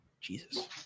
Jesus